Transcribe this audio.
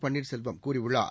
பன்னீர்செல்வம் கூறியுள்ளார்